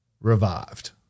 revived